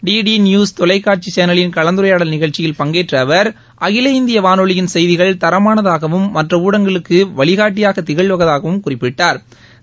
D news தொலைக்காட்சி சேனலின் கலந்துரையாடல் நிகழ்ச்சியில் பங்கேற்ற அவர் அகில இந்திய வானொலியின் செய்திகள் தரமானதாகவும் மற்ற ஊடகங்களுக்கு வழிகாட்டியாக திகழ்வதாகவும் குறிப்பிட்டா்